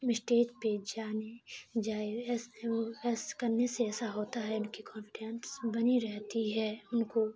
stage پہ جانے جائے ایسے کرنے سے ایسا ہوتا ہے ان کی کانفڈینس بنی رہتی ہے ان کو